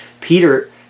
Peter